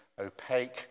opaque